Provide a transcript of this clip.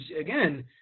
again